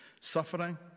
Suffering